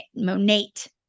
Monate